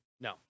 No